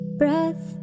breath